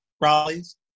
rallies